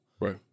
Right